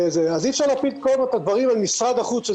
אז אי אפשר להפיל את כל הדברים על משרד החוץ,